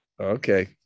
okay